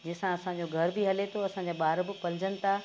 जंहिंसां असांजो घर बि हले थो असांजा ॿार बि पलिजनि था